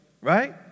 right